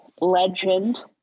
legend